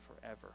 forever